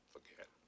Forget